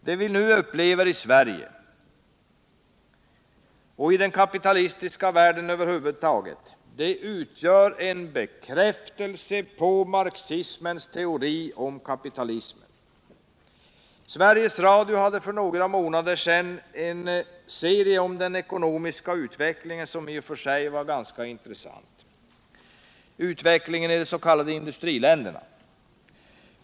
Det vi nu upplever, i Sverige och i den kapitalistiska världen över huvud taget, utgör en bekräftelse av marxismens teori om kapitalismen. Sveriges Radio sände för några månader sedan en serie, som var ganska intressant, om den ekonomiska utvecklingen i de s.k. industriländerna.